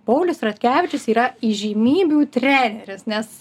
paulius ratkevičius yra įžymybių treneris nes